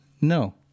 No